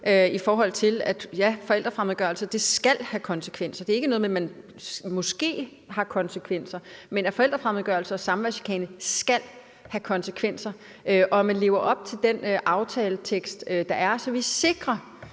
For ja, forældrefremmedgørelse skal have konsekvenser. Det er ikke noget med, at det måske får konsekvenser, men forældrefremmedgørelse og samværschikane skal have konsekvenser, og det er noget med, at man lever op til den aftaletekst, der er, så vi sikrer,